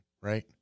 Right